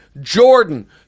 Jordan